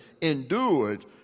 endured